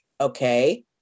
okay